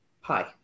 hi